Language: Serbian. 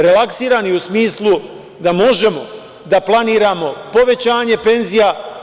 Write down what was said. Relaksirani u smislu da možemo da planiramo povećanje penzija.